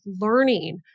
learning